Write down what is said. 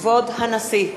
כבוד הנשיא!